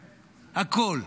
הכול.